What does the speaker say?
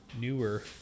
newer